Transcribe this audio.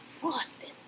frosting